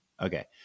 Okay